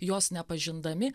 jos nepažindami